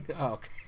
Okay